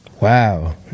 Wow